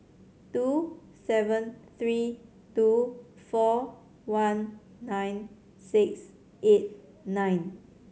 two seven three two four one nine six eight nine